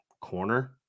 Corner